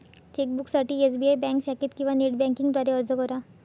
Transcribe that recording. चेकबुकसाठी SBI bank शाखेत किंवा नेट बँकिंग द्वारे अर्ज करा